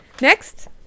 Next